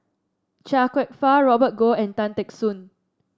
Chia Kwek Fah Robert Goh and Tan Teck Soon